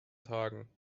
tagen